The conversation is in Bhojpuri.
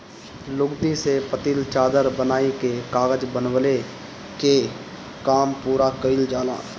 लुगदी से पतील चादर बनाइ के कागज बनवले कअ काम पूरा कइल जाला